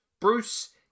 Bruce